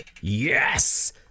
yes